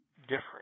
different